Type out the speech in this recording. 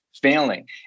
failing